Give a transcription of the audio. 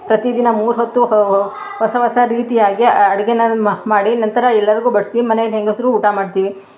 ಪ್ರತಿ ದಿನ ಮೂರು ಹೊತ್ತು ಹೊಸ ಹೊಸ ರೀತಿಯಾಗಿ ಅಡ್ಗೆ ಮಾಡಿ ನಂತರ ಎಲ್ಲರಿಗೂ ಬಡಿಸಿ ಮನೆಯಲ್ ಹೆಂಗಸರು ಊಟ ಮಾಡ್ತೀವಿ